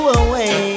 away